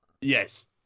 Yes